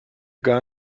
gar